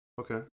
Okay